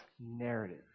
narrative